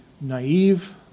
naive